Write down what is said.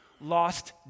lost